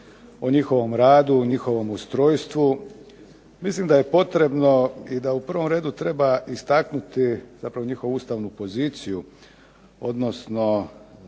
o njihovom radu, o njihovom ustrojstvu mislim da je potrebno i da u prvom redu treba istaknuti zapravo njihovu ustavnu poziciju, odnosno